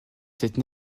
cette